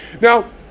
Now